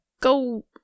go